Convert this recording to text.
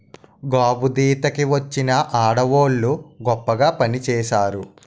గాబుదీత కి వచ్చిన ఆడవోళ్ళు గొప్పగా పనిచేసినారు